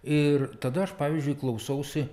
ir tada aš pavyzdžiui klausausi